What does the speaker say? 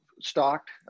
stocked